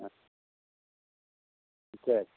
ஆ சரி